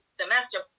semester